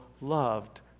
loved